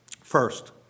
First